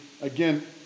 again